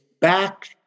back